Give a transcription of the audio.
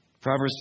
Proverbs